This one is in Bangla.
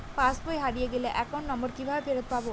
পাসবই হারিয়ে গেলে অ্যাকাউন্ট নম্বর কিভাবে ফেরত পাব?